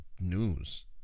news